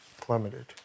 plummeted